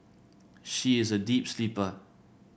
she is a deep sleeper